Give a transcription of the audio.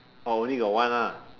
orh only got one lah